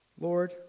Lord